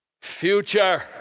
future